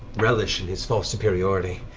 relish in his false superiority.